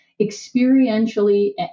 experientially